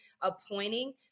appointing